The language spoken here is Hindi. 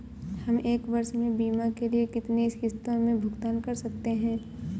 हम एक वर्ष में बीमा के लिए कितनी किश्तों में भुगतान कर सकते हैं?